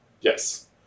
Yes